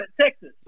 Texas